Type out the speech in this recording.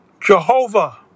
Jehovah